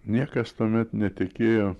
niekas tuomet netikėjo